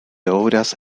obras